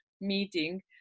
meeting